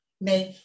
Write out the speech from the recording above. make